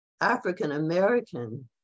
African-American